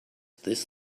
this